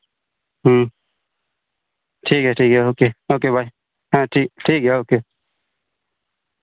ᱦᱩᱸ ᱴᱷᱤᱠᱜᱮᱭᱟ ᱴᱷᱤᱠᱜᱮᱭᱟ ᱳᱠᱮ ᱵᱟᱭ ᱦᱮᱸ ᱴᱷᱤᱠᱜᱮᱭᱟ